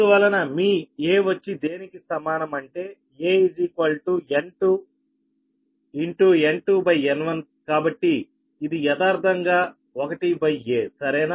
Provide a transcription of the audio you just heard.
అందువలన మీ 'a'వచ్చి దేనికి సమానం అంటే a N2 N2N1 కాబట్టి ఇది యదార్ధంగా 1aసరేనా